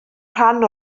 rhan